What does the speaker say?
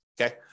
okay